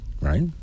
right